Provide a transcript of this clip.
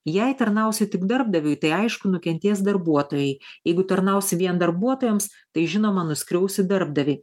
jei tarnausi tik darbdaviui tai aišku nukentės darbuotojai jeigu tarnausi vien darbuotojams tai žinoma nuskriausi darbdavį